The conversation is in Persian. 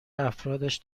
افرادش